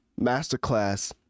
masterclass